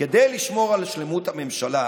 כדי לשמור על שלמות הממשלה,